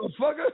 motherfucker